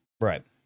Right